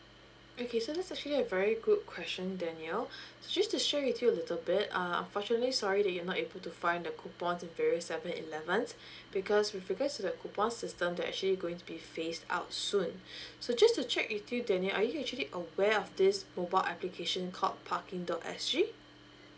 okay so that's actually a very good question danial so just to share with you a little bit uh unfortunately sorry that you're not able to find the coupons in various seven eleven because with regard to the coupon system they're actually going to be phased out soon so just to check with you danial are you actually aware of this mobile application called parking dot S G